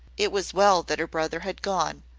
it was well that her brother had gone.